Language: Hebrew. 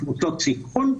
וקבוצות סיכון,